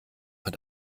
mit